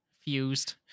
Fused